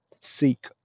seek